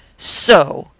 so!